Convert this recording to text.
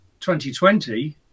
2020